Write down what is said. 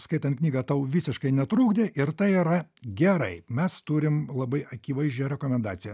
skaitant knygą tau visiškai netrukdė ir tai yra gerai mes turim labai akivaizdžią rekomendaciją